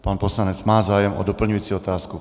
Pan poslanec má zájem o doplňující otázku.